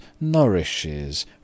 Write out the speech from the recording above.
nourishes